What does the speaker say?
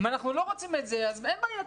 אם אנחנו לא רוצים את זה אז אין בעיה,